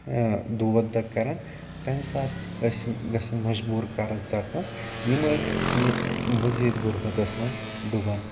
دود دَغ کَران تَمہِ سات ٲسۍ یِم گَژھان مَجبوٗر قرض ژَٹنَس یِم ٲسۍ یہِ مٔزیٖد غُربَتَس منٛز ڈوٗبَن تہٕ